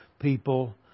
people